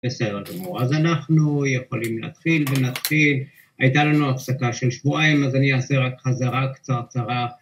בסדר גמור, אז אנחנו יכולים להתחיל ונתחיל, הייתה לנו הפסקה של שבועיים אז אני אעשה רק חזרה קצרצרה